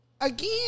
again